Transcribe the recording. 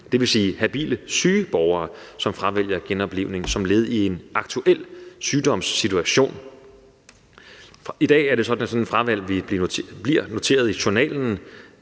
at det er habile syge borgere, som fravælger genoplivning som led i en aktuel sygdomssituation. I dag er det sådan, at sådan et fravalg bliver noteret i journalen,